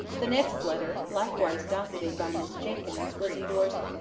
the next letter, likewise docketed by miss jenkyns, was endorsed,